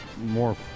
more